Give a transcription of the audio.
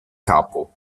capo